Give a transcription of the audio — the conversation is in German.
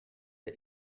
der